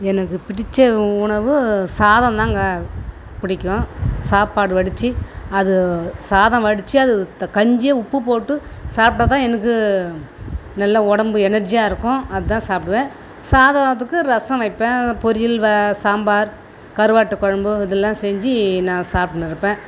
எனக்கு பிடித்த உணவு சாதம்தாங்க பிடிக்கும் சாப்பாடு வடித்து அது சாதம் வடித்து அது கஞ்சியை உப்பு போட்டு சாப்பிட்டாதான் எனக்கு நல்ல உடம்பு எனர்ஜியாக இருக்கும் அதான் சாப்பிடுவேன் சாதத்துக்கு ரசம் வைப்பேன் பொரியல் வ சாம்பார் கருவாட்டு குழம்பு இதெலாம் செஞ்சி நான் சாப்பிட்டுன்னு இருப்பேன்